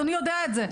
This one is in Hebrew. אדוני יודע את זה.